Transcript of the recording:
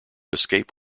escape